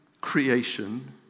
creation